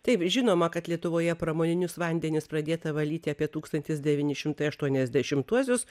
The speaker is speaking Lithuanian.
taip žinoma kad lietuvoje pramoninius vandenis pradėta valyti apie tūkstantis devyni šimtai aštuoniasdešimtuosius